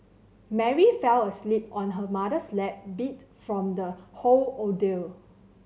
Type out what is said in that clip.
Mary fell asleep on her mother's lap beat from the whole ordeal